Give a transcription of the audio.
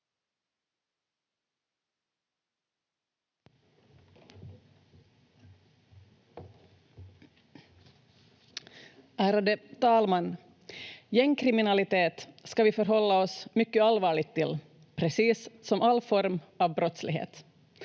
Ärade talman! Gängskriminalitet ska vi förhålla oss mycket allvarligt till — precis som till all form av brottslighet.